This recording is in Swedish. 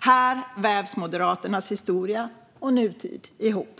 Här vävs Moderaternas historia och nutid ihop.